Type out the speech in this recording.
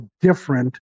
different